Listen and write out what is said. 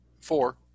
four